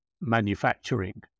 Manufacturing